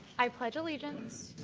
i pledge allegiance